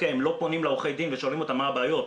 הם לא פונים לעורכי הדין ושואלים אותם מה הבעיות,